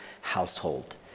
household